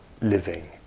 living